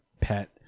pet